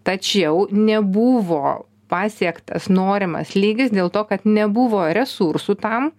tačiau nebuvo pasiektas norimas lygis dėl to kad nebuvo resursų tam